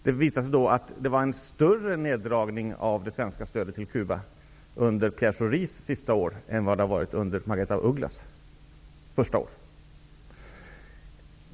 Det visade sig då att neddragningen av det svenska stödet till Cuba var större under Pierre Shoris sista år än vad det har varit under Margaretha av Ugglas första år.